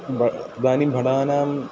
भ इदानीं भटानां